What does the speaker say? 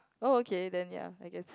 oh okay then ya I guess